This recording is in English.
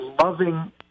loving